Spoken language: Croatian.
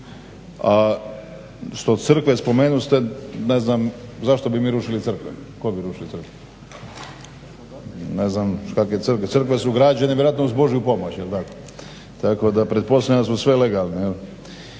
A što crkve spomenuste ne znam zašto bi mi rušili crkve? Ko bi rušio crkve? Ne znam kakve crkve. Crkve su građene vjerojatno uz božju pomoć, jel' tako? Tako da pretpostavljam da su sve legalne.